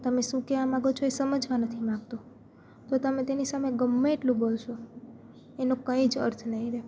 તમે શું કહેવા માંગો છો એ સમજવા નથી માંગતો તો તમે તેની સામે ગમે એટલું બોલશો એનો કંઈ જ અર્થ નહીં રહે